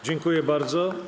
Dziękuję bardzo.